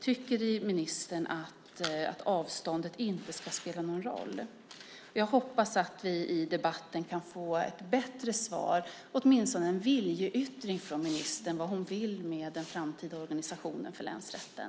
Tycker inte ministern att avståndet ska spela någon roll? Jag hoppas att vi i debatten kan få ett bättre svar från ministern, åtminstone en viljeyttring, om vad hon vill med den framtida organisationen för länsrätten.